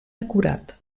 acurat